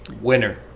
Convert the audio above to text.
winner